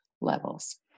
levels